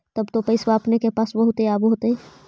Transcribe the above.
तब तो पैसबा अपने के पास बहुते आब होतय?